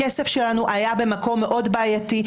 הכסף שלנו היה במקום מאוד בעייתי.